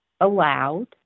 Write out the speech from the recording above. allowed